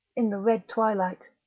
in the red twilight,